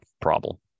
problem